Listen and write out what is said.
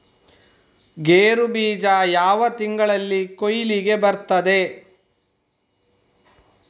ಗೇರು ಬೀಜ ಯಾವ ತಿಂಗಳಲ್ಲಿ ಕೊಯ್ಲಿಗೆ ಬರ್ತದೆ?